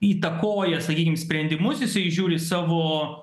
įtakoja sakykim sprendimus jisai žiūri savo